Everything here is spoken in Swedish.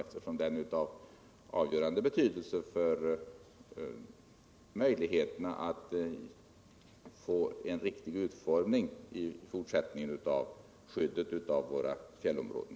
Den är ju av avgörande betydelse för möjligheterna att få en riktig utformning i fortsättningen av skyddet för våra fjällområden.